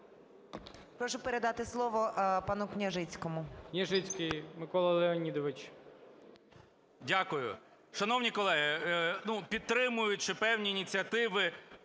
Прошу передати слово пану Княжицькому.